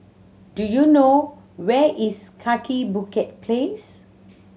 do you know where is Kaki Bukit Place